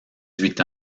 huit